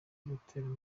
guterana